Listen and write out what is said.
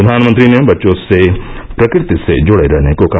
प्रधानमंत्री ने बच्चों से प्रकृति से जुड़े रहने को कहा